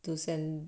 to st~